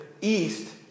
east